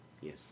Yes